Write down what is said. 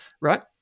right